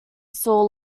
saw